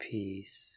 Peace